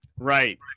Right